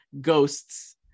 ghosts